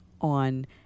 on